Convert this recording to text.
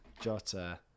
Jota